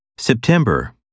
September